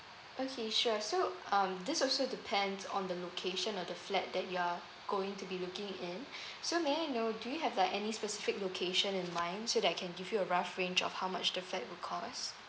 okay sure so um this also depends on the location of the flat that you are going to be looking in so may I know do you have like any specific location in mind so that I can give you a rough range of how much the flat will cost